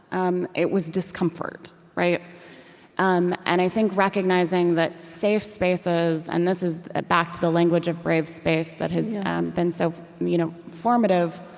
um it was discomfort. um and i think recognizing that safe spaces and this is ah back to the language of brave space that has been so you know formative